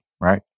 Right